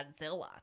Godzilla